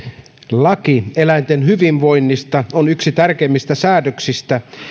laki eläinten hyvinvoinnista on yksi tärkeimmistä säädöksistä